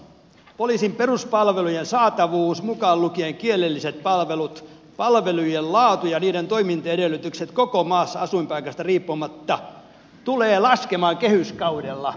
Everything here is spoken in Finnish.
poliisin peruspalvelujen saatavuus mukaan lukien kielelliset palvelut palveluiden laatu ja niiden toimintaedellytykset koko maassa asuinpaikasta riippumatta tulee laskemaan kehyskaudella